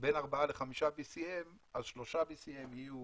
בין 4 ל-5 BCM, 3 BCM יהיו